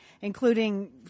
including